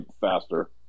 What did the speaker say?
faster